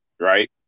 right